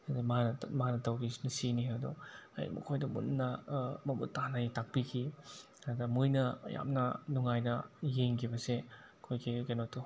ꯑꯗ ꯃꯥꯅ ꯇꯧꯔꯤꯁꯤꯅ ꯁꯤꯅꯤ ꯍꯥꯏꯕꯗꯣ ꯑꯩꯅ ꯃꯈꯣꯏꯗ ꯃꯨꯟꯅ ꯃꯃꯨꯠꯇꯥꯅ ꯑꯩ ꯇꯥꯛꯄꯤꯈꯤ ꯑꯗ ꯃꯣꯏꯅ ꯌꯥꯝꯅ ꯅꯨꯡꯉꯥꯏꯅ ꯌꯦꯡꯈꯤꯕꯁꯦ ꯑꯩꯈꯣꯏꯒꯤ ꯀꯩꯅꯣꯗꯣ